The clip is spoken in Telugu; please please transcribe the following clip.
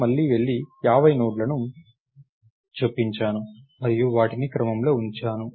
నేను వెళ్లి మరో 50 నోడ్లను చొప్పించాను మరియు వాటిని క్రమంలో ఉంచాను